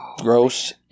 gross